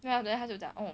then after then 他就讲 oh